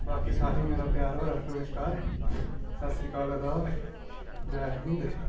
बाकी सारें गी मेरा प्यार भरा नमस्कार ससरीकाल अदाव जै हिंद